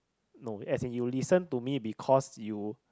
no as in you listen to me because you